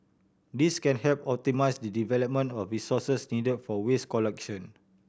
this can help optimise the deployment of resources needed for waste collection